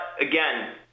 again